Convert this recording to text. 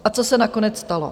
A co se nakonec stalo?